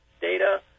data